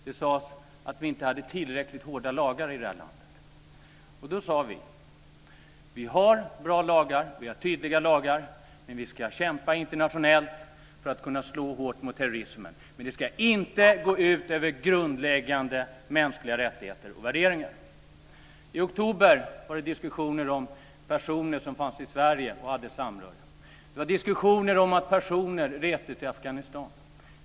Det sades att vi inte hade tillräckligt hårda lagar i det här landet. Då sade vi att vi har bra lagar, att vi har tydliga lagar; vi ska kämpa internationellt för att kunna slå hårt mot terrorismen, men det ska inte gå ut över grundläggande mänskliga rättigheter och värderingar. I oktober var det diskussioner om personer som fanns i Sverige och hade misstänkt samröre. Det var diskussioner om att personer reste till Afghanistan.